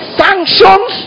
sanctions